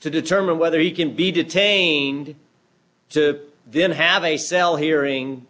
to determine whether you can be detained to then have a cell hearing